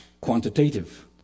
quantitative